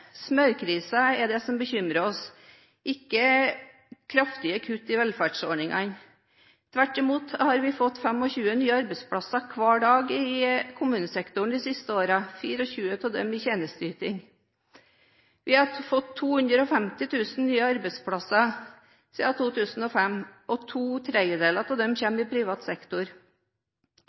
er den som bekymrer oss, ikke kraftige kutt i velferdsordningene. Tvert imot har vi fått 25 nye arbeidsplasser hver dag i kommunesektoren de siste årene, 24 av dem i tjenesteyting. Vi har fått 250 000 nye arbeidsplasser siden 2005, og to tredjedeler av dem har kommet i privat sektor.